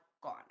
gone